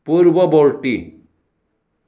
পূৰ্ৱবৰ্তী